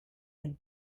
and